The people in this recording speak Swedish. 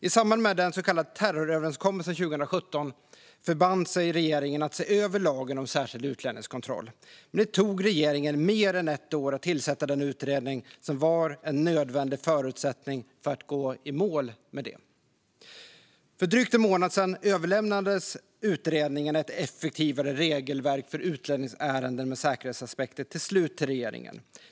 I samband med den så kallade terroröverenskommelsen 2017 förband sig regeringen att se över lagen om särskild utlänningskontroll. Men det tog regeringen mer än ett år att tillsätta den utredning som var en nödvändig förutsättning för att gå i mål med det. För drygt en månad sedan överlämnades utredningen Ett effektivare regelverk för utlänningsärenden med säkerhetsaspekter till slut till regeringen.